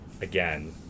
again